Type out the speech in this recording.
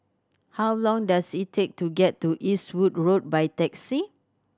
how long does it take to get to Eastwood Road by taxi